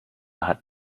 hat